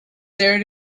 there